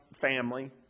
family